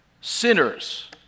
sinners